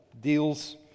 deals